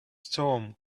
storm